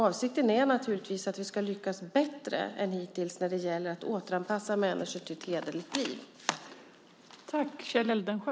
Avsikten är naturligtvis att vi bättre än hittills ska lyckas återanpassa människor till ett hederligt liv.